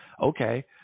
Okay